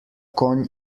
konj